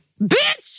Bitch